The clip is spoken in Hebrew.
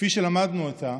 כפי שלמדנו אותה